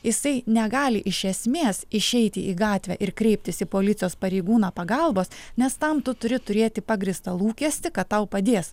jisai negali iš esmės išeiti į gatvę ir kreiptis į policijos pareigūną pagalbos nes tam turi turėti pagrįstą lūkestį kad tau padės